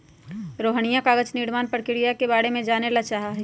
रोहिणीया कागज निर्माण प्रक्रिया के बारे में जाने ला चाहा हई